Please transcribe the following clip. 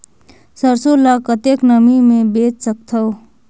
सरसो ल कतेक नमी मे बेच सकथव?